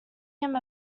him